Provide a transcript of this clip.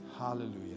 Hallelujah